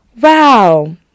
wow